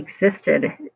existed